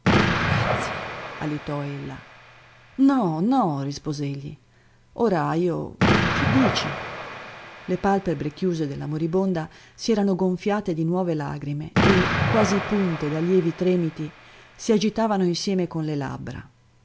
grazie alitò ella no no rispose egli ora io che dici le palpebre chiuse della moribonda si erano gonfiate e nuove lagrime e quasi punte da lievi tremiti si agitavano insieme con le labbra